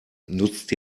nutzt